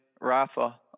Rafa